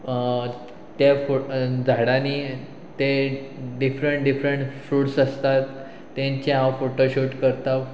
ते झाडांनी ते डिफरंट डिफरंट फ्रुट्स आसतात तेंचे हांव फोटोशूट करता